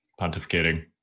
pontificating